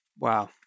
Wow